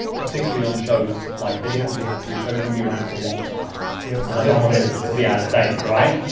particularly on shows like this yeah because yeah your show's gonna be around for a long time yeah and i don't want it to be out of date, right?